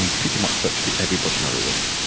and pretty much virtually everybody in other words.